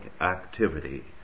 activity